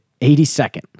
82nd